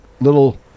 little